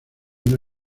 una